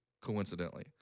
coincidentally